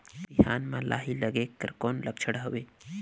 बिहान म लाही लगेक कर कौन लक्षण हवे?